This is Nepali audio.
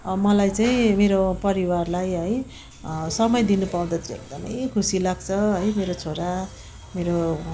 मलाई चाहिँ मेरो परिवारलाई है समय दिनुपाउँदा चाहिँ एकदमै खुसी लाग्छ है मेरो छोरा मेरो